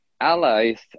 allies